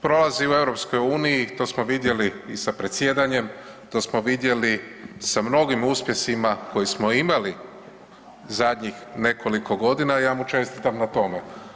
Prolazi u EU, to smo vidjeli i sa predsjedanjem, to smo vidjeli sa mnogim uspjesima koje smo imali zadnjih nekoliko godina i ja mu čestitam na tome.